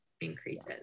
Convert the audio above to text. increases